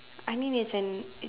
I mean it's an it